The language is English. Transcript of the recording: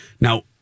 Now